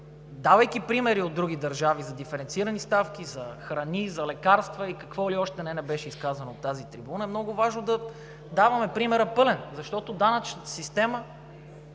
давайки примери от други държави за диференцирани ставки, за храни, лекарства и какво ли още не, не беше изказано от тази трибуна. Много важно е да даваме примера пълен, защото данъчната система